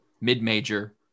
mid-major